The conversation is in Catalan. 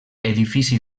edifici